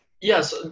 Yes